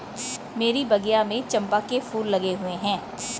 मेरे बगिया में चंपा के फूल लगे हुए हैं